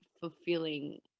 fulfilling